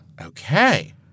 Okay